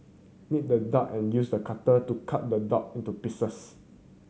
knead the dough and use a cutter to cut the dough into pieces